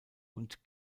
und